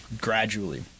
gradually